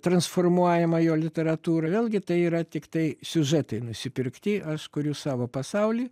transformuojama jo literatūra vėlgi tai yra tiktai siužetai nusipirkti aš kuriu savo pasaulį